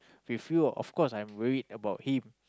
we feel of course I am worry about him